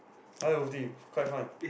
I like WolfTeam quite fun